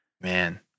Man